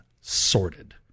sorted